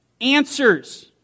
Answers